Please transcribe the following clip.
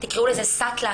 תקראו לזה סטלה,